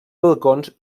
balcons